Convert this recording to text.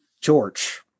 George